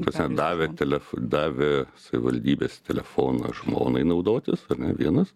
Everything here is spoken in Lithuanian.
kas jam davė telef davė savivaldybės telefoną žmonai naudotis ar ne vienas